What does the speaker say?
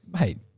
Mate